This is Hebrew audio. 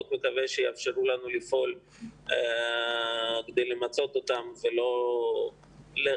מאוד מקווה שיאפשרו לנו לפעול כדי למצות אותם ולא להיות